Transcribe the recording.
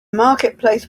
marketplace